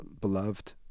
beloved